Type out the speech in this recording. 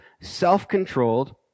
self-controlled